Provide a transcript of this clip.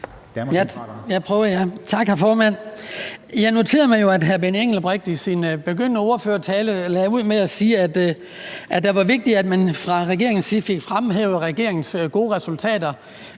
Tak, formand. Jeg noterede mig jo, at hr. Benny Engelbrecht i sin ordførertale lagde ud med at sige, at det var vigtigt, at man fra regeringens side fik fremhævet regeringens gode resultater